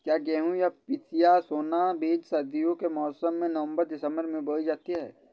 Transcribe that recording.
क्या गेहूँ या पिसिया सोना बीज सर्दियों के मौसम में नवम्बर दिसम्बर में बोई जाती है?